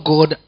God